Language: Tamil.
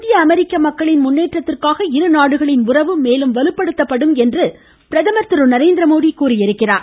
இந்திய அமெரிக்க மக்களின் முன்னேற்றத்திற்காக இருநாடுகளின் உறவு மேலும் வலுப்படுத்தப்படும் என்று பிரதமர் திரு நரேந்திரமோடி தெரிவித்திருக்கிறார்